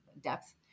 depth